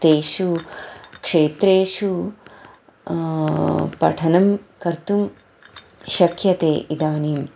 तेषु क्षेत्रेषु पठनं कर्तुं शक्यते इदानीं